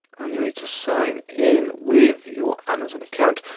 and then you'll need to sign in with your amazon account.